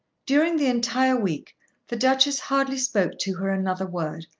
during the entire week the duchess hardly spoke to her another word,